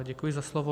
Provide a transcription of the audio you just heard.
Děkuji za slovo.